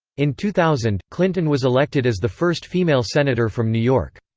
in two thousand, clinton was elected as the first female senator from new york.